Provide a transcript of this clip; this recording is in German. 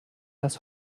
das